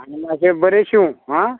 आनी मातशें बरें शिंव आं